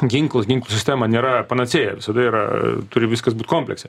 ginklas ginklų sistema nėra panacėja visada yra turi viskas būt komplekse